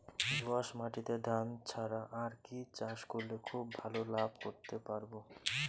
দোয়াস মাটিতে ধান ছাড়া আর কি চাষ করলে খুব ভাল লাভ করতে পারব?